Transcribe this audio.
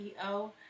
CEO